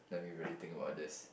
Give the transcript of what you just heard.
let me really think about this